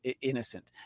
innocent